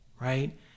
right